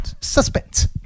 Suspense